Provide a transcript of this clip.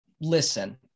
listen